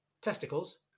testicles